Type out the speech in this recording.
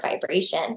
vibration